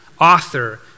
author